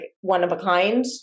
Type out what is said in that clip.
one-of-a-kind